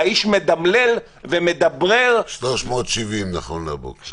והאיש מדברר --- נכון להבוקר,